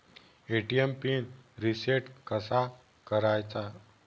ATM pin reset कसा करायचा?